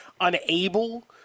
unable